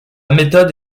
méthode